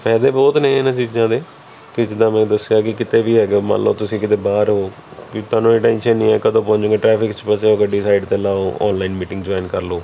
ਫਾਇਦੇ ਬਹੁਤ ਨੇ ਇਹਨਾਂ ਚੀਜ਼ਾਂ ਦੇ ਕਿ ਜਿੱਦਾਂ ਮੈਂ ਦੱਸਿਆ ਕਿ ਕਿਤੇ ਵੀ ਹੈਗਾ ਮੰਨ ਲਓ ਤੁਸੀਂ ਕਿਤੇ ਬਾਹਰ ਹੋ ਅਤੇ ਤੁਹਾਨੂੰ ਟੈਂਸ਼ਨ ਨਹੀਂ ਹੈ ਕਦੋਂ ਪਹੁੰਚਗੇ ਟਰੈਫਿਕ 'ਚ ਫਸੇ ਹੋ ਗੱਡੀ ਸਾਈਡ 'ਤੇ ਲਾਓ ਆਨਲਾਈਨ ਮੀਟਿੰਗ ਜੁਆਇਨ ਕਰ ਲਓ